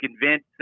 convince